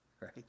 right